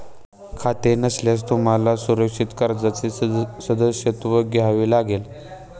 खाते नसल्यास तुम्हाला सुरक्षित कर्जाचे सदस्यत्व घ्यावे लागेल